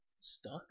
Stuck